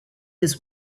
his